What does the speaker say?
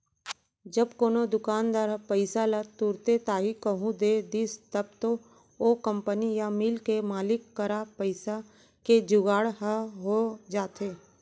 जब कोनो दुकानदार ह पइसा ल तुरते ताही कहूँ दे दिस तब तो ओ कंपनी या मील के मालिक करा पइसा के जुगाड़ ह हो जाथे